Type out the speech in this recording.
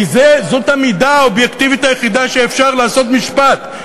כי זו המידה האובייקטיבית היחידה שלפיה אפשר לעשות משפט,